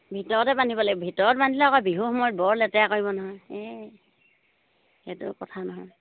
ভিতৰতে বান্ধিব লাগিব ভিতৰত বান্ধিলে আকৌ বিহু সময়ত বৰ লেতেৰা কৰিব নহয় এই সেইটোও কথা নহয়